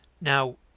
Now